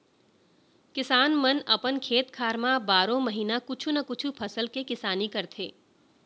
किसान मन अपन खेत खार म बारो महिना कुछु न कुछु फसल के किसानी करथे